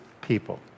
people